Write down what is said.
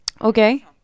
Okay